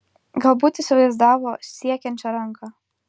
galbūt įsivaizdavo siekiančią ranką